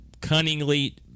cunningly